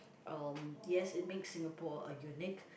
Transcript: um yes it makes Singapore a unique